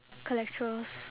collaterals